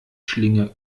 schlinge